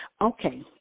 Okay